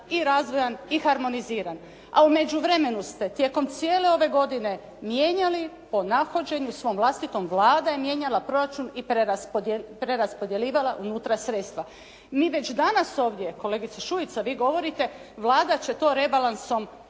i razvojan i harmoniziran. A u međuvremenu ste tijekom cijele ove godine mijenjali po nahođenju svom vlastitom, Vlada je mijenjala proračun i preraspodjeljivala unutra sredstva. Mi već danas ovdje, kolegice Šuica vi govorite Vlada će to rebalansom